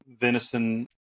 venison